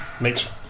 makes